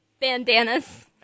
bandanas